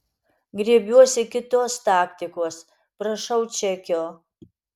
griebiuosi kitos taktikos prašau čekio